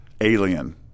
Alien